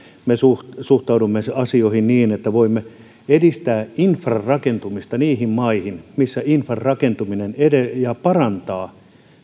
me suhtaudumme asioihin niin että voimme edistää infran rakentumista niihin maihin missä infran rakentuminen parantaa